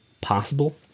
possible